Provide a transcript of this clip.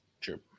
true